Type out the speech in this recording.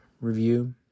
review